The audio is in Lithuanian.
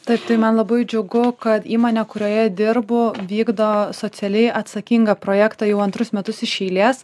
taip tai man labai džiugu kad įmonė kurioje dirbu vykdo socialiai atsakingą projektą jau antrus metus iš eilės